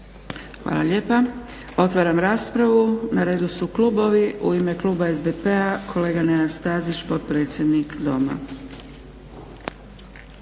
Hvala lijepa. Otvaram raspravu. Na redu su klubovi. U ime kluba SDP-a kolega Nenad Stazić, potpredsjednik Doma.